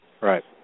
Right